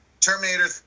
Terminator